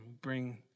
bring